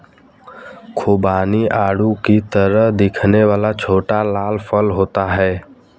खुबानी आड़ू की तरह दिखने वाला छोटा लाल फल होता है